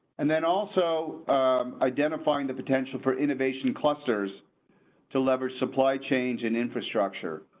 and then also identifying the potential for innovation clusters to leverage supply, change and infrastructure.